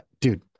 Dude